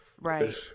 Right